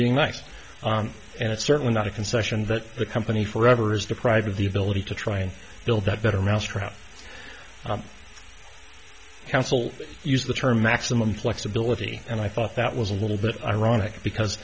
being nice and it's certainly not a concession that the company forever is deprived of the ability to try and build that better mousetrap council used the term maximum flexibility and i thought that was a little bit ironic because